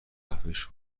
خفش